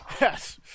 Yes